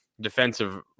defensive